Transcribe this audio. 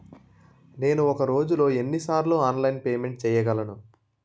నేను ఒక రోజులో ఎన్ని సార్లు ఆన్లైన్ పేమెంట్ చేయగలను?